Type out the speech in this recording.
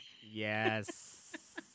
Yes